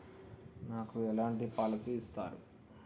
నాకు ఎలాంటి పాలసీ ఇస్తారు?